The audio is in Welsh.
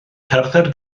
cerdded